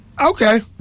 okay